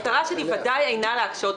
המטרה שלי היא ודאי אינה להקשות.